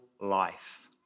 life